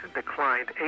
declined